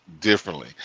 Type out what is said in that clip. differently